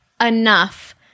enough